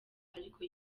ariko